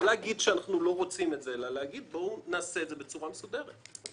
לא להגיד שאנחנו לא רוצים אלא לעשות זאת בצורה מסודרת.